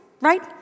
right